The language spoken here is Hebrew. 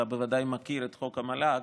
אתה בוודאי מכיר את חוק המל"ג,